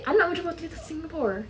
anak metropolitan singapore